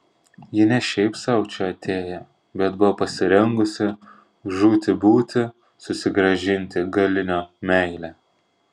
ji ne šiaip sau čia atėjo bet buvo pasirengusi žūti būti susigrąžinti galinio meilę